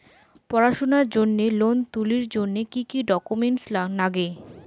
পড়াশুনার জন্যে লোন তুলির জন্যে কি কি ডকুমেন্টস নাগে?